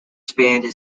spanned